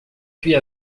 puis